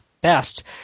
best